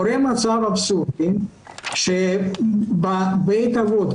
קורה מצב אבסורדי שבבית אבות,